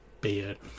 beard